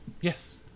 Yes